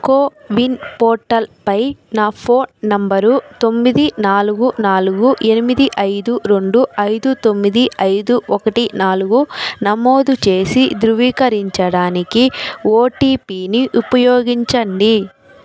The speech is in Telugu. కోవిన్ పోర్టల్పై నా ఫోన్ నంబరు తొమ్మిది నాలుగు నాలుగు ఎనిమిది ఐదు రెండు ఐదు తొమ్మిది ఐదు ఒకటి నాలుగు నమోదు చేసి ధృవీకరరించడానికి ఓటీపీని ఉపయోగించండి